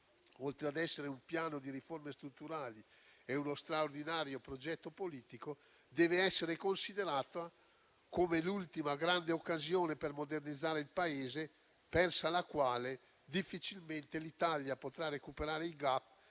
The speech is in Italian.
oltre ad essere un Piano di riforme strutturali e uno straordinario progetto politico, dev'essere considerato come l'ultima grande occasione per modernizzare il Paese, persa la quale difficilmente l'Italia potrà recuperare il *gap*